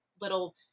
little